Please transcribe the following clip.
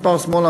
מספר שמאלה,